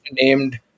named